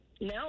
No